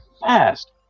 fast